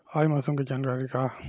आज मौसम के जानकारी का ह?